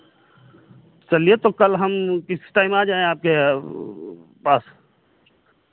चलिए तो कल हम किसी टाइम आ जाएँ आपके पास